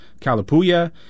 Kalapuya